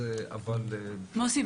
מוסי,